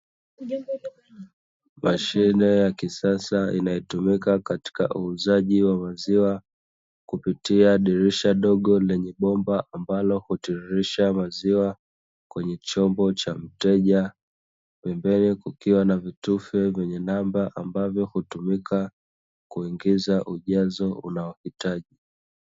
Mashine ya kisasa inayotumika katika uuzaji wa maziwa kupitia dirisha dogo na ni bomba ambalo kutirisha maziwa kwenye chombo cha mteja pembeni kukiwa na vitufe vyenye namba ambavyo hutumika kuingiza ujazo unaohitaji.